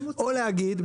או להגיד,